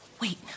Wait